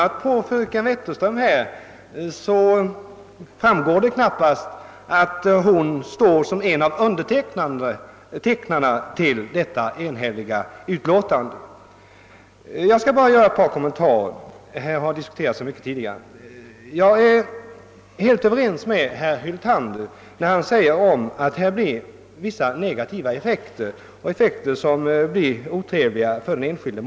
Men av fröken Wetterströms anförande framgick knappast att hon är en av dem som avgivit detta enhälliga utlåtande. Jag skall bara göra ett par kommentarer — här har diskuterats så mycket tidigare. Jag är helt överens med herr Hyltander om att det många gånger blir vissa negativa effekter för den enskilde.